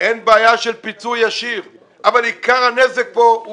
אין בעיה של פיצוי ישיר אבל עיקר הנזק כאן הוא